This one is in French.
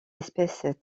espèces